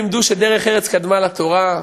לימדו שדרך ארץ קדמה לתורה,